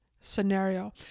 scenario